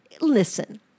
listen